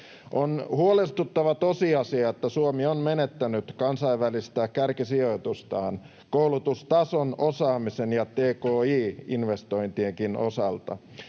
On huolestuttava tosiasia, että Suomi on menettänyt kansainvälistä kärkisijoitustaan koulutustason, osaamisen ja tki-investointienkin osalta.